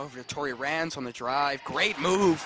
over tori rants on the dr great mov